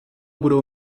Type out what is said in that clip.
budou